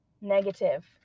negative